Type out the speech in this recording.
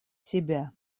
себя